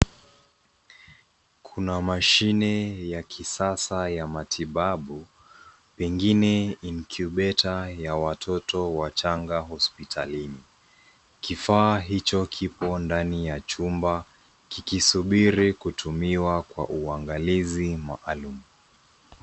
Kuna mashine ya kisasa ya matibabu pengine incubator ya watoto wachanga hospitalini. Kifaa hicho Kiko ndani ya chumba kikisubiri kutumiwa kwa uangalizi maalum.